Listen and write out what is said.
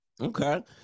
Okay